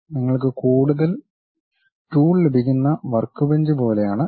നിങ്ങൾക്ക് കൂടുതൽ ടൂൾ ലഭിക്കുന്ന വർക്ക്ബെഞ്ച് പോലെയാണ് ഇത്